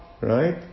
Right